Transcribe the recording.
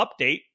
update